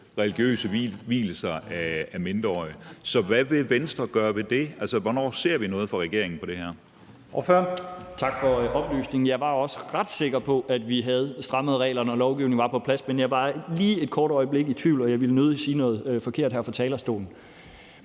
religiøse vielser af mindreårige. Så hvad vil Venstre gøre ved det? Altså, hvornår ser vi noget fra regeringen på det her?